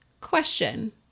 Question